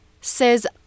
says